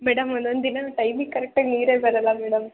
madam ಒಂದೊಂದು ದಿನ ಟೈಮಿಗೆ ಕರೆಕ್ಟಾಗಿ ನೀರೇ ಬರೋಲ್ಲ ಮೇಡಮ್